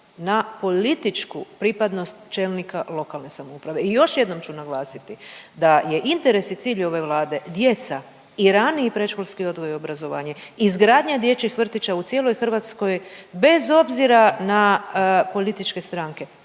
na političku pripadnost čelnika lokalne samouprave i još jednom ću naglasiti da je interes i cilj ove Vlade djeca i rani i predškolskih odgoj i obrazovanje. Izgradnja dječjih vrtića u cijeloj Hrvatskoj bez obzira na političke stranke,